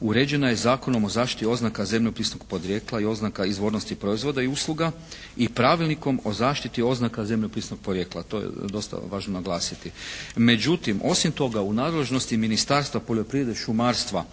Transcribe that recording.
uređena je Zakonom o zaštiti oznaka zemljopisnog podrijetla i oznaka izvornosti proizvoda i usluga i Pravilnikom o zaštiti oznaka zemljopisnog porijekla. To je dosta važno naglasiti. Međutim, osim toga u nadležnosti Ministarstva poljoprivrede, šumarstva